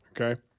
okay